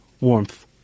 warmth